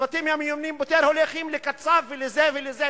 הצוותים המיומנים יותר הולכים לקצב ולזה ולזה.